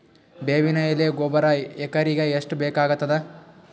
ಬೇವಿನ ಎಲೆ ಗೊಬರಾ ಎಕರೆಗ್ ಎಷ್ಟು ಬೇಕಗತಾದ?